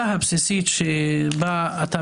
אני